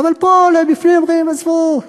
אבל פה, בפנים הם אומרים: עזבו,